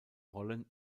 rollen